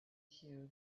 queue